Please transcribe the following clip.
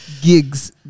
gigs